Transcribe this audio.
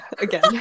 again